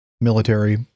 military